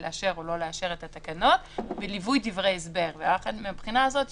מקומות הפתוחים לציבור וכן מקומות המספקים